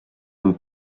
amb